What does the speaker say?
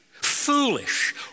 foolish